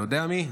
אתה יודע מי?